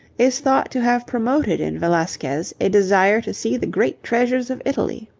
is thought to have promoted in velasquez a desire to see the great treasures of italy.